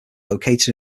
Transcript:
located